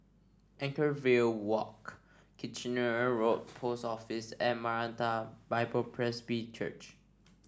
Anchorvale Walk Kitchener Road Post Office and Maranatha Bible Presby Church